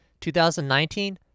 2019